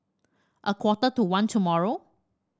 a quarter to one tomorrow